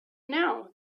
now